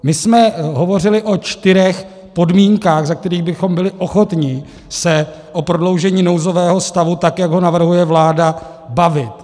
My jsme hovořili o čtyřech podmínkách, za kterých bychom byli ochotni se o prodloužení nouzového stavu, tak jak ho navrhuje vláda, bavit.